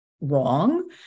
wrong